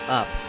up